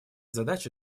задачи